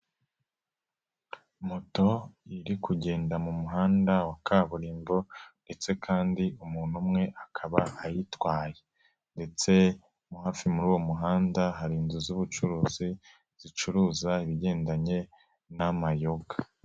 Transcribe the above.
Moto iri kugenda mu muhanda wa kaburimbo ndetse kandi umuntu umwe akaba ayitwaye ndetse nko hafi muri uwo muhanda hari inzu z'ubucuruzi zicuruza ibigendanye n'amayoga.